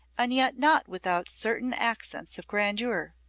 and yet not without certain accents of grandeur.